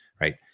Right